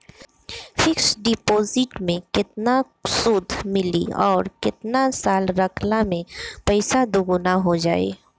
Fix deposit मे केतना सूद मिली आउर केतना साल रखला मे पैसा दोगुना हो जायी?